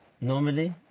normally